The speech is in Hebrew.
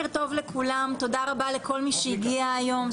תודה רבה לכל מי שהגיע היום.